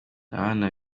abana